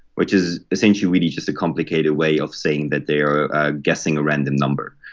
which is essentially, really, just a complicated way of saying that they are guessing a random number.